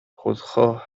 خودخواه